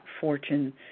fortune